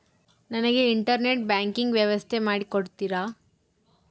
ನನಗೆ internet banking ವ್ಯವಸ್ಥೆ ಮಾಡಿ ಕೊಡ್ತೇರಾ?